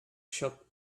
shop